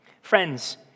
Friends